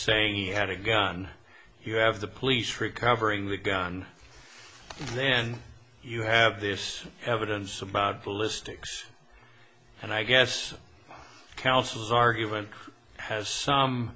saying he had a gun you have the police recovering the gun then you have this evidence about ballistics and i guess counsels are given has some